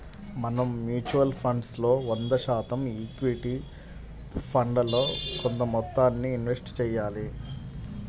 మనం mutual funds లో వంద శాతం ఈక్విటీ ఫండ్లలో కొంత మొత్తాన్నే ఇన్వెస్ట్ చెయ్యాలి